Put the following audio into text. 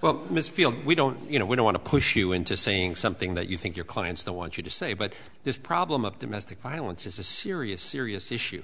well mr field we don't you know we don't want to push you into saying something that you think your clients they want you to say but this problem of domestic violence is a serious serious issue